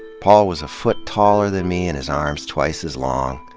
paul was a foot taller than me and his arms twice as long.